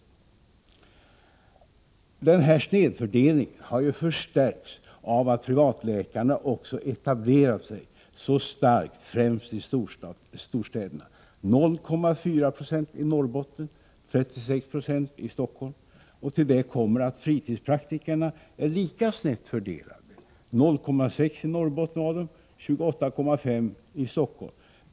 Den här snedfördelningen har ju förstärkts av att privatläkarna också etablerat sig så starkt främst i storstäderna — 0,4 26 av dem i Norrbotten, 36 20 i Stockholm. Till detta kommer att fritidspraktikerna är lika snett fördelade — 0,6 90 av dem i Norrbotten, 28,5 26 i Stockholm.